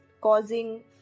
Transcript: causing